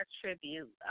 tribute